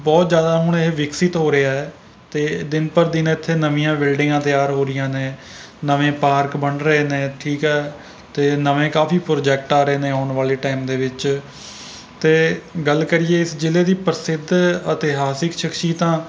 ਬਹੁਤ ਜ਼ਿਆਦਾ ਹੁਣ ਇਹ ਵਿਕਸਿਤ ਹੋ ਰਿਹਾ ਹੈ ਅਤੇ ਦਿਨ ਪਰ ਦਿਨ ਇੱਥੇ ਨਵੀਆਂ ਬਿਲਡਿਗਾਂ ਤਿਆਰ ਹੋ ਰਹੀਆਂ ਨੇ ਨਵੇਂ ਪਾਰਕ ਬਣ ਰਹੇ ਨੇ ਠੀਕ ਹੈ ਅਤੇ ਨਵੇਂ ਕਾਫ਼ੀ ਪ੍ਰੋਜੈਕਟ ਆ ਰਹੇ ਨੇ ਆਉਣ ਵਾਲੇ ਟਾਈਮ ਦੇ ਵਿੱਚ ਅਤੇ ਗੱਲ ਕਰੀਏ ਇਸ ਜ਼ਿਲ੍ਹੇ ਦੀ ਪ੍ਰਸਿੱਧ ਇਤਿਹਾਸਿਕ ਸ਼ਖਸੀਅਤਾਂ